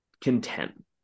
content